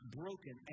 broken